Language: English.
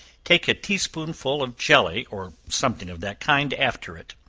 take a tea-spoonful of jelly, or something of that kind after it.